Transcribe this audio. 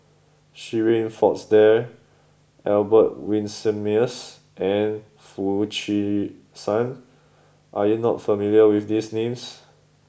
Shirin Fozdar Albert Winsemius and Foo Chee San are you not familiar with these names